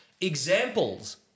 Examples